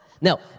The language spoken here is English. No